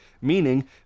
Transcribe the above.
Meaning